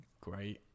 great